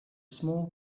small